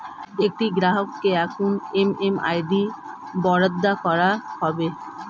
একটি গ্রাহককে কখন এম.এম.আই.ডি বরাদ্দ করা হবে?